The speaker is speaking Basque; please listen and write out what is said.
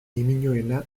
ñimiñoena